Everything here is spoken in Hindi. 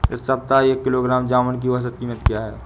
इस सप्ताह एक किलोग्राम जामुन की औसत कीमत क्या है?